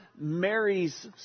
mary's